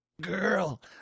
Girl